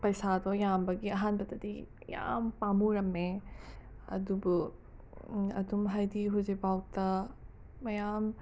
ꯄꯩꯁꯥꯗꯣ ꯌꯥꯝꯕꯒꯤ ꯑꯍꯥꯟꯕꯗꯗꯤ ꯌꯥꯝ ꯄꯥꯝꯃꯨꯔꯝꯃꯦ ꯑꯗꯨꯕꯨ ꯑꯗꯨꯝ ꯍꯥꯏꯗꯤ ꯍꯨꯖꯤꯀꯐꯥꯎꯇ ꯃꯌꯥꯝ